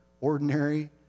ordinary